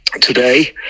today